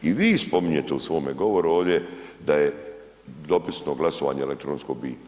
I vi spominjete u svome govoru ovdje da je dopisno glasovanje elektronsko bitno.